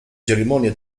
cerimonia